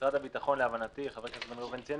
משרד הביטחון להבנתי חבר הכנסת בן ראובן ציין